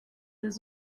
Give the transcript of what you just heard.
this